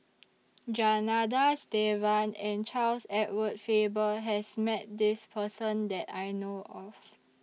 Janadas Devan and Charles Edward Faber has Met This Person that I know of